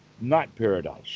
not-paradise